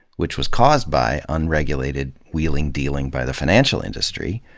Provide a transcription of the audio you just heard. which was caused by unregulated wheeling, dealing by the financial industry.